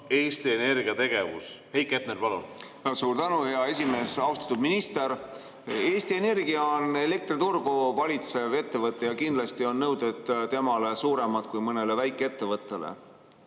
Eesti Energia tegevus. Heiki Hepner, palun! Suur tänu, hea esimees! Austatud minister! Eesti Energia on elektriturgu valitsev ettevõte ja kindlasti on nõuded temale suuremad kui mõnele väikeettevõttele.